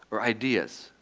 or ideas,